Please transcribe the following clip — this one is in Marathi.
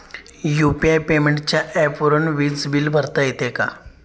यु.पी.आय पेमेंटच्या ऍपवरुन वीज बिल भरता येते का?